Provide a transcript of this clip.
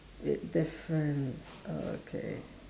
big difference okay